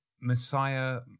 Messiah